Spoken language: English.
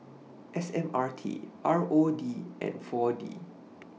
S M R T R O D and four D